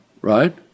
right